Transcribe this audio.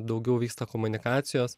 daugiau vyksta komunikacijos